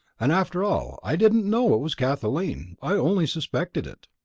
and after all, i didn't know it was kathleen. i only suspected it.